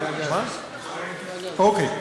אוקיי.